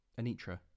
Anitra